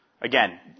again